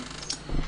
שואלים.